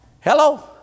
Hello